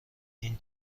این